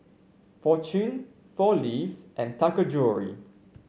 Fortune Four Leaves and Taka Jewelry